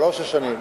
בשלוש השנים.